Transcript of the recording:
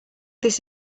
this